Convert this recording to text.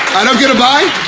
i don't get a bye?